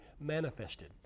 manifested